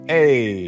Hey